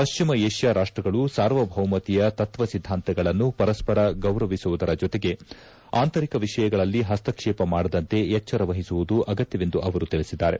ಪಶ್ಚಿಮ ಏಷ್ಯಾ ರಾಷ್ಟಗಳು ಸಾರ್ವಭೌಮತೆಯ ತತ್ವ ಸಿದ್ದಾಂತಗಳನ್ನು ಪರಸ್ಪರ ಗೌರವಿಸುವುದರ ಜೊತೆಗೆ ಆಂತರಿಕ ವಿಷಯಗಳಲ್ಲಿ ಹಸ್ತಕ್ಷೇಪ ಮಾಡದಂತೆ ಎಚ್ಚರ ವಹಿಸುವುದು ಅಗತ್ತವೆಂದು ಅವರು ತಿಳಿಸಿದ್ದಾರೆ